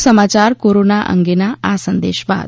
વધુ સમાચાર કોરોના અંગેના આ સંદેશ બાદ